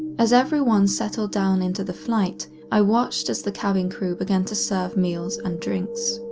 as everyone settled down into the flight, i watched as the cabin crew began to serve meals and drinks.